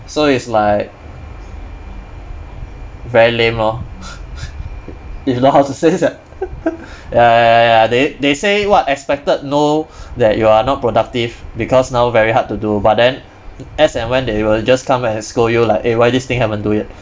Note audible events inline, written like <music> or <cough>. so it's like very lame lor <laughs> you know how to sense that <laughs> ya ya ya they they say what expected no that you are not productive because now very hard to do but then as and when they will just come and scold you like eh why this thing haven't do yet